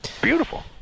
Beautiful